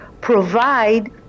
provide